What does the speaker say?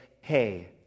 hey